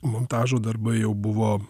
montažo darbai jau buvo